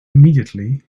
immediately